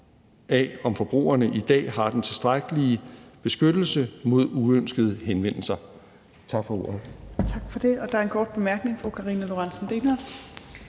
af, om forbrugerne i dag har den tilstrækkelige beskyttelse mod uønskede henvendelser. Tak for ordet. Kl. 18:06 Fjerde næstformand (Trine Torp): Tak for det. Der er en